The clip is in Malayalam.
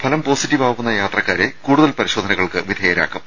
ഫലം പോസിറ്റീവ് ആവുന്ന യാത്രക്കാരെ കൂടുതൽ പരിശോധനകൾക്ക് വിധേയരാക്കും